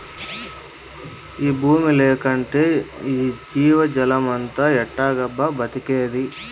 ఈ బూమి లేకంటే ఈ జీవజాలమంతా ఎట్టాగబ్బా బతికేది